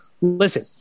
Listen